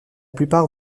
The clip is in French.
plupart